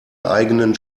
eigenen